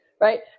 right